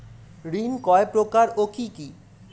ঋণ কয় প্রকার ও কি কি?